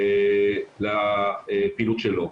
לפילוג שלו.